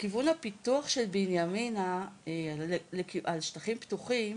כיוון הפיתוח של בנימינה על שטחים פתוחים